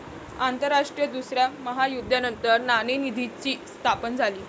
आंतरराष्ट्रीय दुसऱ्या महायुद्धानंतर नाणेनिधीची स्थापना झाली